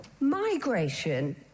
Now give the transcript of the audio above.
Migration